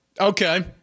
Okay